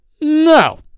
no